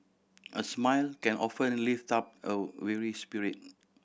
a smile can often lift up a weary spirit